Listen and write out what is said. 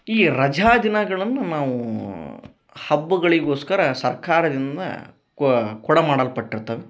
ಈ ರಜಾ ದಿನಗಳನ್ನ ನಾವು ಹಬ್ಬಗಳಿಗೋಸ್ಕರ ಸರ್ಕಾರದಿಂದ ಕೊಡ ಮಾಡಲ್ಪಟ್ಟಿರ್ತವೆ